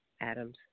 Adams